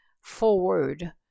forward